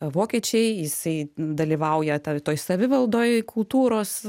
vokiečiai jisai dalyvauja ta toj savivaldoj kultūros